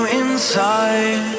inside